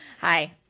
Hi